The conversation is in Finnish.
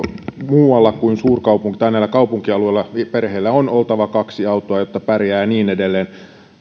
muualla kuin kaupunkialueilla kaupunkialueilla perheillä on oltava kaksi autoa jotta pärjää ja niin edelleen